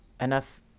enough